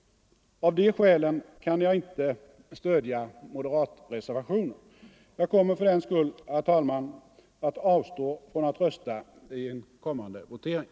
Av de skälen kan jag inte stödja moderatreservationen. Jag kommer fördenskull, herr talman, att avstå från att rösta i en kommande votering.